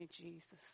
Jesus